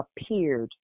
appeared